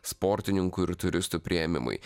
sportininkų ir turistų priėmimui